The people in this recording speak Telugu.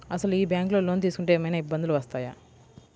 అసలు ఈ బ్యాంక్లో లోన్ తీసుకుంటే ఏమయినా ఇబ్బందులు వస్తాయా?